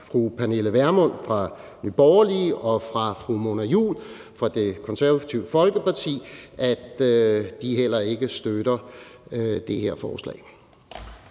fru Pernille Vermund fra Nye Borgerlige og fra fru Mona Juul fra Det Konservative Folkeparti og sige, at de heller ikke støtter det her forslag.